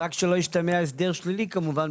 רק שלא ישתמע הסדר שלילי כמובן,